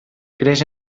creix